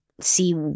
see